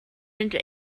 into